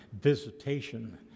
visitation